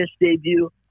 debut